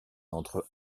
entre